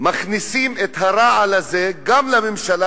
מכניסים את הרעל הזה גם לממשלה,